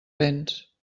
vents